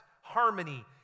harmony